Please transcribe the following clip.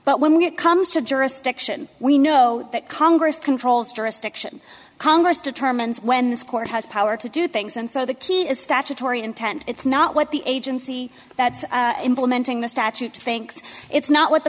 but when it comes to jurisdiction we know that congress controls jurisdiction congress determines when this court has power to do things and so the key is statutory intent it's not what the agency that's implementing the statute thinks it's not what the